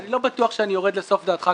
אני לא בטוח שאני יורד לסוף דעתך,